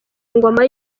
ngoma